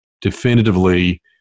definitively